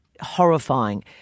horrifying